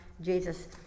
Jesus